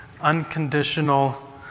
unconditional